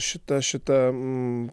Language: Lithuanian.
šitą šitą